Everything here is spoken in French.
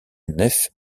nef